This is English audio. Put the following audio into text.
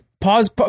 pause